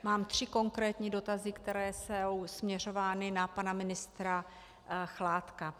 Mám tři konkrétní dotazy, které jsou směřovány na pana ministra Chládka.